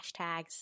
hashtags